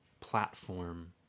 platform